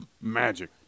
magic